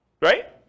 Right